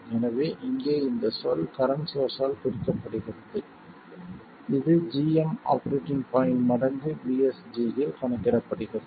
எனவே இங்கே இந்த சொல் கரண்ட் சோர்ஸ் ஆல் குறிக்கப்படுகிறது இது gm ஆபரேட்டிங் பாய்ண்ட் மடங்கு vSG இல் கணக்கிடப்படுகிறது